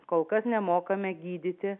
kol kas nemokame gydyti